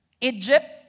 Egypt